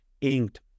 inked